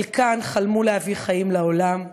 חלקן חלמו להביא חיים לעולם,